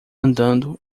andando